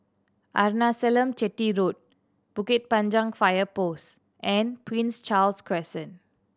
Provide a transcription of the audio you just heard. Arnasalam Chetty Road Bukit Panjang Fire Post and Prince Charles Crescent